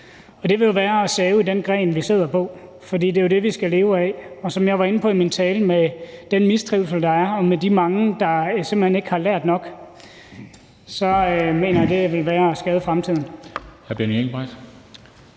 Det vil være at save i den gren, vi sidder på, for det er jo det, vi skal leve af – og som jeg var inde på i min tale med hensyn til den mistrivsel, der er, og de mange, der simpelt hen ikke har lært nok, så mener jeg, det vil være at skade fremtiden.